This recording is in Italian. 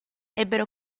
ebbero